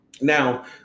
Now